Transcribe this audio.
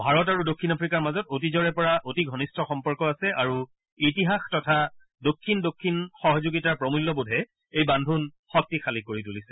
ভাৰত আৰু দক্ষিণ আফ্ৰিকাৰ মাজত অতীজৰে পৰা অতি ঘনিষ্ঠ সম্পৰ্ক আছে আৰু ইতিহাস তথা দক্ষিণ দক্ষিণ সহযোগিতাৰ প্ৰমূল্যবোধে এই বান্ধোন শক্তিশালী কৰি তুলিছে